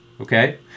Okay